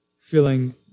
Feeling